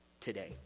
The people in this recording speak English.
today